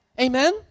Amen